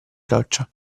roccia